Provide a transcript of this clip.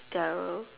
their